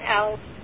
else